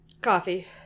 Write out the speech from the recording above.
Coffee